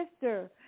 sister